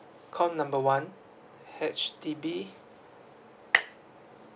call number one H_D_B